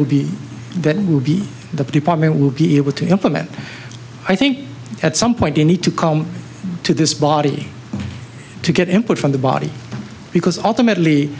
would be that would be the department would be able to implement i think at some point they need to come to this body to get input from the body because ultimately